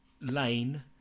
lane